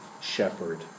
shepherd